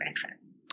breakfast